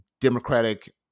Democratic